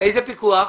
איזה פיקוח?